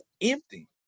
Empty